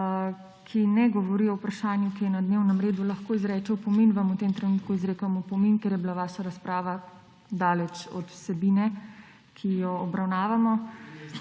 ki ne govori o vprašanju, ki je na dnevnem redu, lahko izreče opomin, vam v tem trenutku izrekam opomin, ker je bila vaša razprava daleč od vsebine, ki jo obravnavamo.